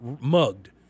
mugged